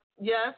Yes